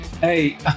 hey